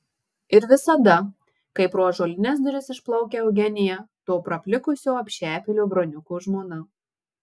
ir visada kai pro ąžuolines duris išplaukia eugenija to praplikusio apšepėlio broniuko žmona